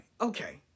Okay